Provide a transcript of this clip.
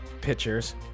Pictures